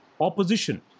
opposition